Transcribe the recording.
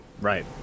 Right